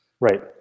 Right